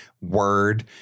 word